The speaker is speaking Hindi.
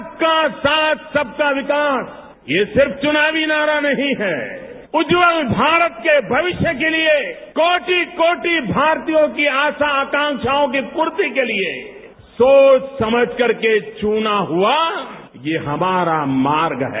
सबका साथ सबका विकास ये सिर्फ चुनावी नारा नहीं है उज्वल भारत के भविष्य के लिए कोटि कोटि भारतीयों की आशा आकांकाओं की पूर्ति के लिए सोच समझ करके चुना हुआ ये हमारा मार्ग है